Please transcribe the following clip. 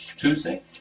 Tuesday